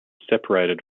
separated